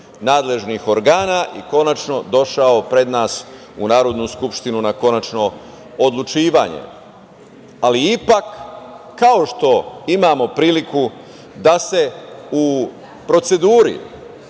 nadležnih organa i konačno došao pred nas u Narodnu skupštinu na konačno odlučivanje. Ipak, kao što imamo priliku da se u proceduri